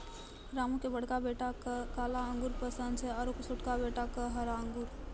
रामू के बड़का बेटा क काला अंगूर पसंद छै आरो छोटका बेटा क हरा अंगूर